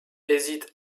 hésite